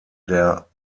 der